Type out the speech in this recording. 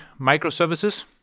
microservices